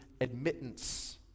admittance